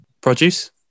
Produce